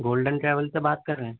golden travels سے بات کر رہے ہیں